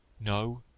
No